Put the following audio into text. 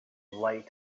light